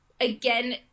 again